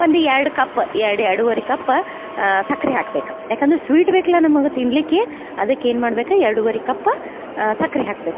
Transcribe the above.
ಒಂದು ಎರಡು ಕಪ್ ಎರಡು ಎರಡೂವರೆ ಕಪ್ ಸಕ್ರಿ ಹಾಕ್ಬೇಕು ಯಾಕಂದ್ರ ಸ್ವೀಟ್ ಬೇಕಲ್ಲ ನಮಗೆ ತಿನ್ನಲಿಕ್ಕೆ ಅದಕ್ಕೆ ಏನು ಮಾಡ್ಬೇಕು ಎರಡೂವರೆ ಕಪ್ ಸಕ್ರಿ ಹಾಕ್ಬೇಕು